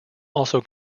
also